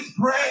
pray